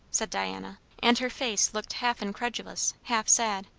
said diana. and her face looked half incredulous, half sad.